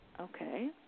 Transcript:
Okay